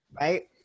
right